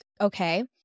okay